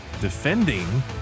defending